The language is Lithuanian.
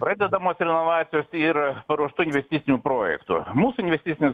pradedamos renovacijos ir paruoštų investicinių projektų mūsų investicinis